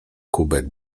kubek